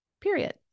period